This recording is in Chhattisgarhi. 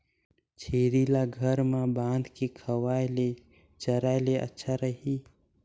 छेरी ल घर म बांध के खवाय ले चराय ले अच्छा रही?